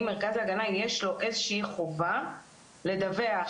למרכז ההגנה יש איזושהי חובה לדווח